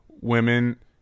women